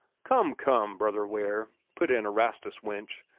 come, come, brother ware, put in erastus winch,